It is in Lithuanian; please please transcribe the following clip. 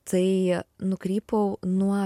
tai nukrypau nuo